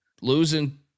losing